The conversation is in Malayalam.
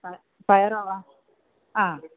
പ പയറോ ആ ആ